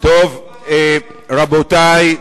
רבותי,